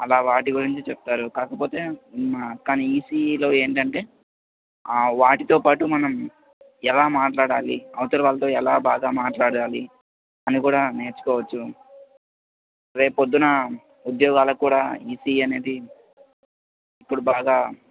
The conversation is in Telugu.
అలా వాటి గురించి చెప్తారు కాకపోతే కానీ ఈసీఈలో ఏంటంటే ఆ వాటితో పాటు మనము ఎలా మాట్లాడాలి అవతలి వాళ్ళతో ఎలా బాగా మాట్లాడాలి అని కూడా నేర్చుకోవచ్చు రేపొద్దున ఉద్యోగాలకు కూడా ఈసిఈ అనేది ఇప్పుడు బాగా